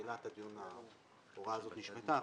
בתחילת הדיון ההוראה הזאת נשמטה.